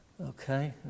Okay